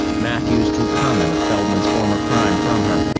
matthews drew comment of feldman's former crime from her,